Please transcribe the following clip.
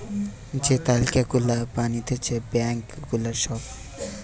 যে তালিকা গুলা বানাতিছে ব্যাঙ্ক গুলার সব